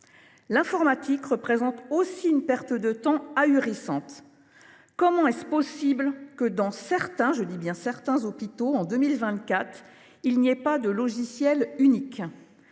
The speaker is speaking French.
L’informatique représente aussi une perte de temps ahurissante. Comment est il possible que, dans certains – je dis bien « certains »– hôpitaux, en 2024, il n’y ait pas de logiciel unique ?